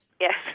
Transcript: Yes